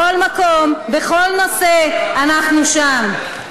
בכל מקום, בכל נושא, אנחנו שם.